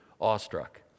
awestruck